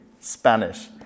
Spanish